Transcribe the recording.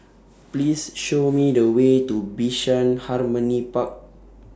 Please Show Me The Way to Bishan Harmony Park